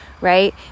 right